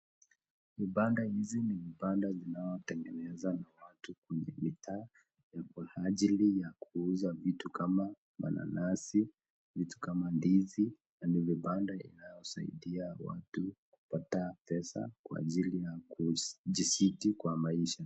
Vibanda hizi ni vibanda vinavyo tengenezwa na watu kwenye mitaa, kwa ajili ya kuuza vitu kama mananasi, vitu kama ndizi yenye vibanda inayo saidia watu kupata pesa kwa ajili ya kujisiti kwa maisha.